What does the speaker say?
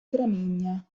gramigna